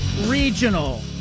Regional